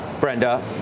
Brenda